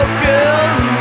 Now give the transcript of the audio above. girl